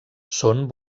són